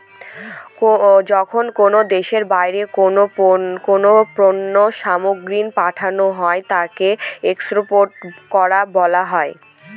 যখন কোনো দেশের বাইরে কোনো পণ্য সামগ্রীকে পাঠানো হয় তাকে এক্সপোর্ট করা বলা হয়